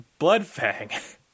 Bloodfang